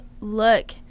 look